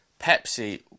Pepsi